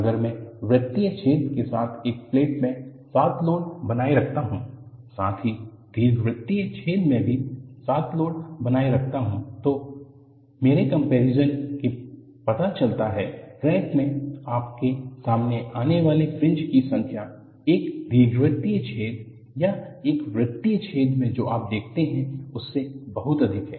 अगर मैं वृत्तीय छेद के साथ एक प्लेट में 7 लोड बनाए रखता हूं साथ ही दीर्घवृत्तीय छेद में भी 7 लोड बनाए रखता हूं तो मेरे क्म्पेरिसन से पता चलता है क्रैक में आपके सामने आने वाले फ्रिंज की संख्या एक दीर्घवृत्तीय छेद या एक वृत्तीय छेद में जो आप देखते हैं उससे बहुत अधिक है